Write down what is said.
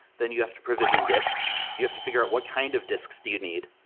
then you have to provision disks. you have to figure out what kind of disks do you need.